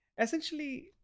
essentially